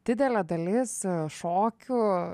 didelė dalis šokių